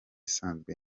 isanzwe